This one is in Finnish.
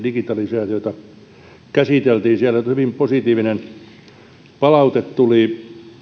digitalisaatiota käsiteltiin siellä hyvin positiivinen palaute tuli